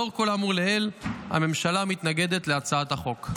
לאור כל האמור לעיל, הממשלה מתנגדת להצעת החוק.